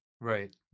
Right